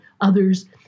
others